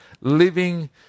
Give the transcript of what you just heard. living